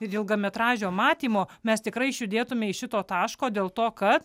ir ilgametražio matymo mes tikrai išjudėtume iš šito taško dėl to kad